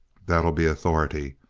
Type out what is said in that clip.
that'll be authority.